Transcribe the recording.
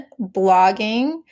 blogging